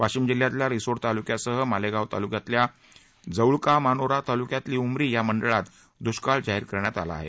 वाशिम जिल्ह्यातील रिसोड तालुक्यासह मालेगाव तालुक्यातील जऊळका मानोरा तालुक्यातील उमरी या मंडळात दुष्काळ जाहीर करण्यात आला आहे